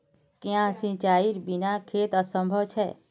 क्याँ सिंचाईर बिना खेत असंभव छै?